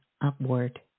upward